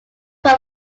were